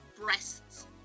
breasts